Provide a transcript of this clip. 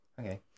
okay